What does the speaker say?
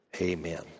amen